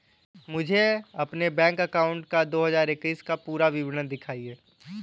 मुझे अपने bank account का दो हज़ार इक्कीस का पूरा विवरण दिखाएँ?